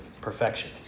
perfection